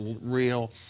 real